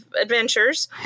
adventures